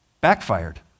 Backfired